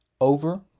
over